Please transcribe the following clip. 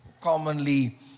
commonly